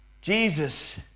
Jesus